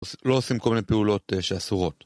לא עושים כל מיני פעולות שאסורות.